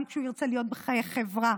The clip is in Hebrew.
גם כשהוא ירצה להיות בחיי חברה,